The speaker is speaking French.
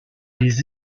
les